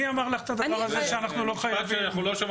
מי אמר לך שאנחנו לא חייבים דין וחשבון?